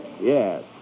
Yes